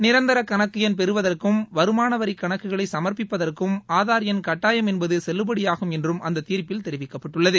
நிரந்தர கணக்கு எண் பெறுவதற்கும் வருமானவரி கணக்குகளை சமர்ப்பிப்பதற்கும் ஆதார் எண் கட்டாயம் என்பது செல்லுபடியாகும் என்றும் அந்த தீர்ப்பில் தெரிவிக்கப்பட்டுள்ளது